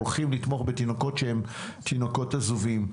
הולכים לתמוך בתינוקות שהם תינוקות עזובים,